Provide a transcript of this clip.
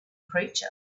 creature